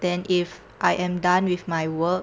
then if I am done with my work